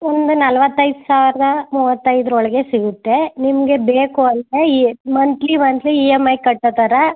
ತುಂಬ ನಲ್ವತ್ತೈದು ಸಾವಿರದ ಮೂವತ್ತೈದರ ಒಳಗೆ ಸಿಗುತ್ತೆ ನಿಮಗೆ ಬೇಕು ಅಂದರೆ ಈ monthly monthly E M I ಕಟ್ಟೋಥರ